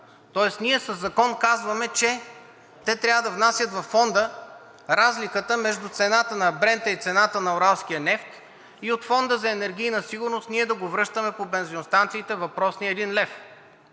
Тоест ние със закон казваме, че те трябва да внасят във Фонда разликата между цената на брента и цената на уралския нефт, и от Фонда за енергийна сигурност да връщаме по бензиностанциите въпросния един лев.